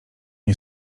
nie